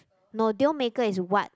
no deal maker is what